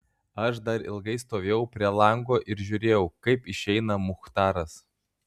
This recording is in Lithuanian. aš dar ilgai stovėjau prie lango ir žiūrėjau kaip išeina muchtaras